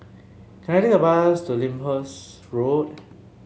can I take a bus to Lyndhurst Road